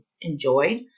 enjoyed